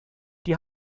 die